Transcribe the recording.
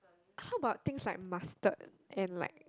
how about things like mustard and like